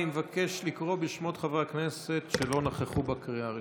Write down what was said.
אני מבקש לקרוא בשמות חברי הכנסת שלא נכחו בקריאה הראשונה.